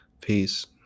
peace